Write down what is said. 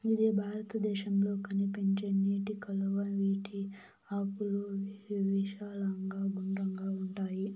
ఇది భారతదేశంలో కనిపించే నీటి కలువ, వీటి ఆకులు విశాలంగా గుండ్రంగా ఉంటాయి